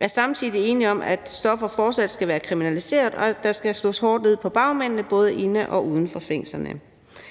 er samtidig enige om, at stoffer fortsat skal være kriminaliseret, og at der skal slås hårdt ned på bagmændene – både inde i og uden for fængslerne.«